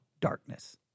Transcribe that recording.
darkness